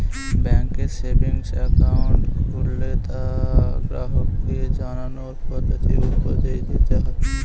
ব্যাঙ্কে savings account খুললে তা গ্রাহককে জানানোর পদ্ধতি উপদেশ দিতে হয়